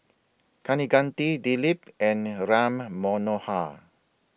Kaneganti Dilip and Ram Manohar